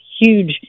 huge